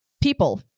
people